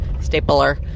stapler